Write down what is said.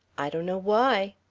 i donno why.